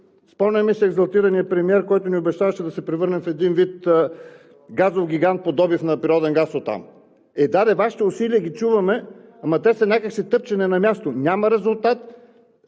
Спомняме си екзалтирания премиер, който ин обещаваше да се превърнем в един вид газов гигант по добив на природен газ от там. Е да де, Вашите усилия ги чуваме, ама те са някак си тъпчене на място, няма резултат,